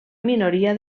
minoria